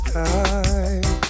time